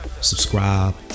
Subscribe